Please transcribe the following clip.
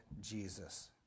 Jesus